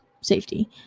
safety